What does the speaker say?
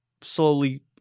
slowly